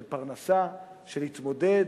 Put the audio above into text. של פרנסה, של להתמודד,